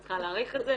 את צריכה להעריך את זה.